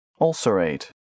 Ulcerate